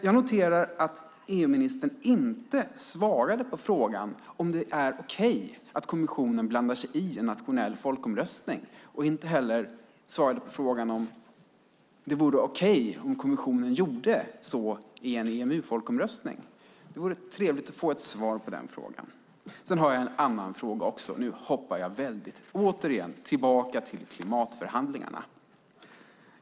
Jag noterade att EU-ministern inte svarade på frågan om det är okej att kommissionen blandar sig i en nationell folkomröstning och att hon inte heller svarade på frågan om det vore okej om kommissionen gjorde så i en EMU-folkomröstning. Det vore trevligt att få ett svar på den frågan. Sedan har jag en annan fråga - nu hoppar jag väldigt. Jag går återigen tillbaka till klimatförhandlingarna.